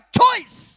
choice